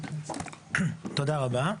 תודה רבה.